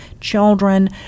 children